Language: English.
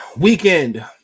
weekend